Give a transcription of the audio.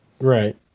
Right